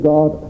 God